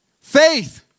faith